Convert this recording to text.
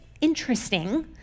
interesting